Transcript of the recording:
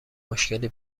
مشکلی